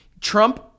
Trump